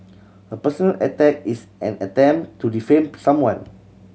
a personal attack is an attempt to defame someone